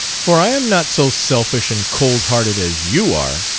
for i am not so selfish and cold-hearted as you are.